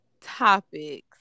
topics